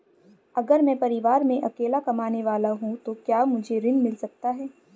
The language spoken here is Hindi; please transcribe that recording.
अगर मैं परिवार में अकेला कमाने वाला हूँ तो क्या मुझे ऋण मिल सकता है?